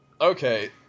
Okay